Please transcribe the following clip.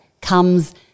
comes